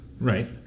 Right